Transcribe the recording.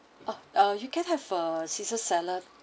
oh uh you can have a caesar salad